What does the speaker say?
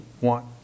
want